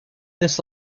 this